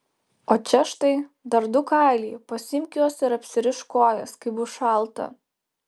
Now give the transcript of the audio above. o čia štai dar du kailiai pasiimk juos ir apsirišk kojas kai bus šalta